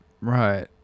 Right